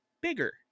bigger